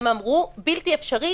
הם אמרו: בלתי אפשרי,